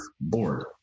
Board